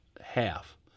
half